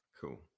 Cool